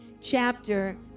chapter